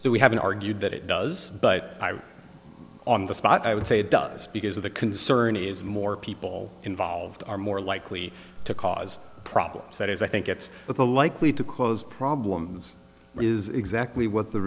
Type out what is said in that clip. so we haven't argued that it does but on the spot i would say it does because the concern is more people involved are more likely to cause problems that is i think that's what the likely to cause problems is exactly what the